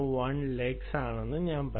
001 lux ആണെന്ന് പറയും